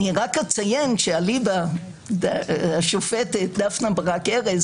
אציין שאליבא השופטת דפנה ברק-ארז